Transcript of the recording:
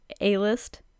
A-list